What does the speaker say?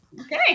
Okay